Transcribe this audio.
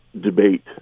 debate